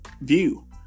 view